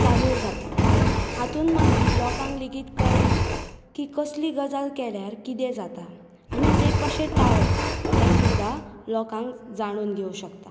सादूर जाता हातून मागीर लोकांक लेगीत कळटा की कसली गजाल केल्यार कितें जाता आनी तें कशें टाळप हें सुद्दां लोकांक जाणून घेवं शकता